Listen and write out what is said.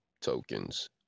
tokens